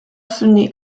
sunni